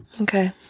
Okay